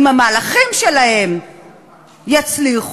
אם המהלכים שלהם יצליחו,